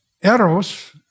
Eros